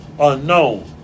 unknown